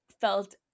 felt